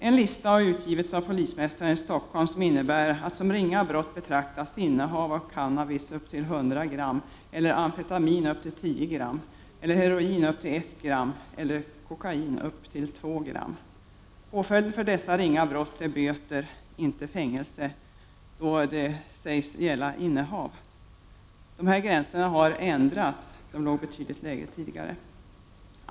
En lista har utgivits av polismästaren i Stockholm som innebär att som ringa brott betraktas innehav av cannabis upp till 100 gram, eller amfetamin upp till 10 gram, eller heroin upp till 1 gram eller kokain upp till 2 gram. Påföljden för dessa ringa brott är böter, inte fängelse — då det sägs gälla innehav. De här gränserna har ändrats. Det var betydligt lägre nivåer tidigare.